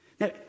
Now